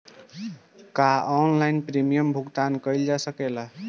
का online premium भुगतान कईल जा सकेला?